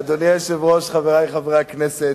אדוני היושב-ראש, חברי חברי הכנסת,